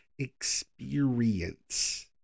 experience